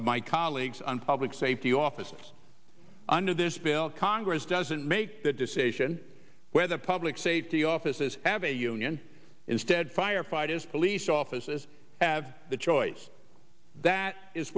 of my colleagues on public safety office under this bill congress doesn't make the decision whether public safety offices have a union instead firefighters police offices have the choice that is